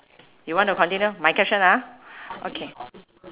you want to continue my question ah okay